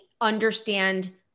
understand